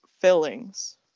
fillings